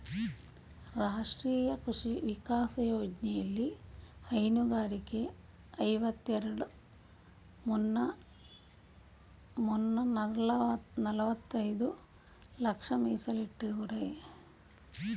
ರಾಷ್ಟ್ರೀಯ ಕೃಷಿ ವಿಕಾಸ ಯೋಜ್ನೆಲಿ ಹೈನುಗಾರರಿಗೆ ಐವತ್ತೆರೆಡ್ ಮುನ್ನೂರ್ನಲವತ್ತೈದು ಲಕ್ಷ ಮೀಸಲಿಟ್ಟವ್ರೆ